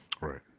Right